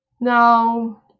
now